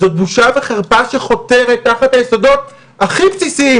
וזאת בושה וחרפה שחותרת תחת היסודות הכי בסיסיים